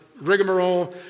rigmarole